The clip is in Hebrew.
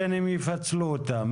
בין אם יפצלו אותן,